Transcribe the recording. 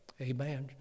Amen